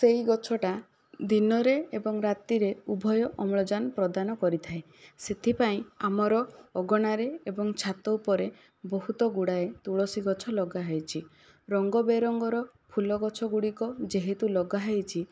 ସେହି ଗଛଟା ଦିନରେ ଏବଂ ରାତିରେ ଉଭୟ ଅମ୍ଳଜାନ ପ୍ରଦାନ କରିଥାଏ ସେଥିପାଇଁ ଆମର ଅଗଣାରେ ଏବଂ ଛାତ ଉପରେ ବହୁତ ଗୁଡ଼ାଏ ତୁଳସୀ ଗଛ ଲଗାହୋଇଛି ରଙ୍ଗ ବେରଙ୍ଗର ଫୁଲ ଗଛଗୁଡ଼ିକ ଯେହେତୁ ଲଗାହୋଇଛି